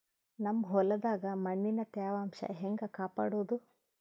ನಮ್ ಹೊಲದಾಗ ಮಣ್ಣಿನ ತ್ಯಾವಾಂಶ ಹೆಂಗ ಕಾಪಾಡೋದು?